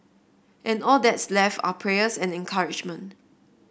and all that's left are prayers and encouragement